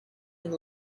and